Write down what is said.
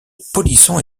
polisson